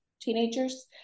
teenagers